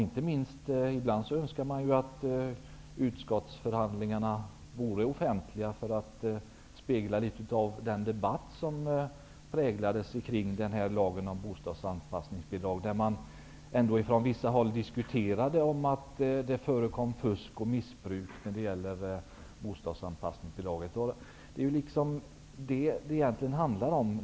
Ibland önskar man att utskottsförhandlingarna vore offentliga, så att allmänheten hade kunnat ta del av den debatt som fördes i bostadsutskottet om bostadsanpassningsbidrag. Från vissa håll diskuterades att det förekommer fusk och missbruk av dessa bidrag, och det är vad det egentligen handlar om.